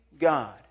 God